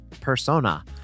persona